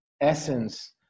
essence